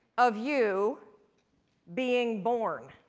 of you being born.